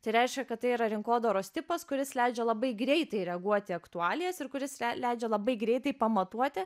tai reiškia kad tai yra rinkodaros tipas kuris leidžia labai greitai reaguoti į aktualijas ir kuris re leidžia labai greitai pamatuoti